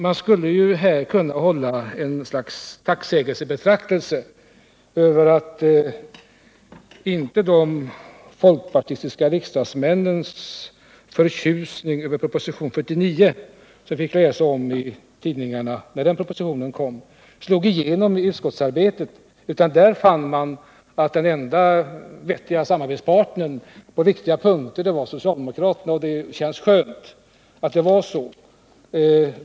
Man skulle ju här kunna hålla en tacksägelsebetraktelse över att de folkpartistiska riksdagsmännens förtjusning över propositionen 49, som vi fick läsa om i tidningarna när propositionen kom, inte slog igenom i utskottsarbetet. Där fann de att den enda vettiga samarbetspartnern på viktiga punkter var socialdemokraterna. Det känns skönt att det var så.